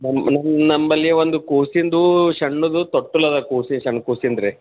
ನಮ್ಮ ನಮ್ಮ ನಮ್ಮಲ್ಲಿ ಒಂದು ಕೂಸಿನದು ಸಣ್ಣದು ತೊಟ್ಟಿಲದ ಕೂಸಿ ಸಣ್ಣ ಕೂಸಿಂದು ರೀ